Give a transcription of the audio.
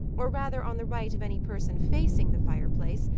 or rather on the right of any person facing the fireplace,